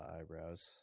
eyebrows